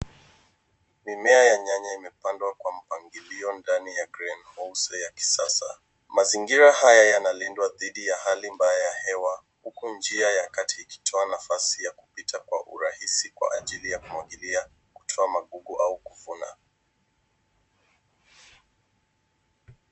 Mimea ya nyanya imepandwa kwa mpangilio ndani ya greenhouse ya kisasa. Mazingira haya yanalindwa dhidi ya hali mbaya ya hewa huku njia ya kati ikitoa nafasi ya kupita kwa urahisi kwa ajili ya kumwagilia, kutoa magugu au kuvuna.